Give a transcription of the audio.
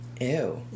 Ew